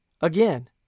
Again